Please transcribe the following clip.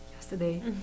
yesterday